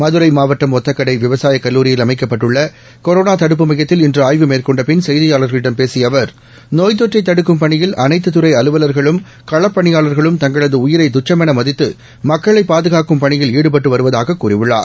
மதுரை மாவட்டம் ஒத்தக்கடை விவசாயக் கல்லூரியில் அமைக்கப்பட்டுள்ள கொரோனா தடுப்பு மையத்தில் இன்று ஆய்வு மேற்கொண்ட பின் செய்தியாளர்களிடம் பேசிய அவர் நோய்த் தொற்றை தடுக்கும் பணியில் அனைத்துத் துறை அலுவலர்களும் களப்பணியாளர்களும் தங்களது உயிரை துச்சமென மதித்து மக்களை பாதுகாக்கும் பணியில் ஈடுபட்டு வருவதாக கூறியுள்ளார்